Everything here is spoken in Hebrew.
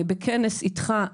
בכנס איתך,